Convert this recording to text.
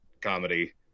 comedy